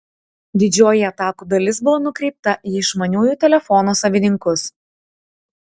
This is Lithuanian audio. didžioji atakų dalis buvo nukreipta į išmaniųjų telefonų savininkus